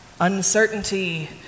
Uncertainty